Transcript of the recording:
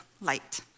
light